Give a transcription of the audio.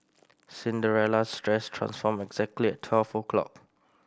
Cinderella's dress transformed exactly twelve o'clock